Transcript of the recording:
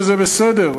וזה בסדר,